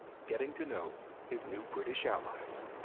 getting to know his new british allies.